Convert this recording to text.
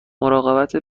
مراقبت